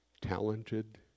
talented